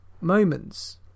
moments